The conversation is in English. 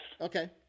Okay